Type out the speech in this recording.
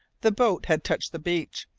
the boat had touched the beach,